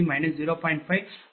5V32